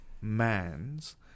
man's